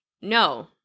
no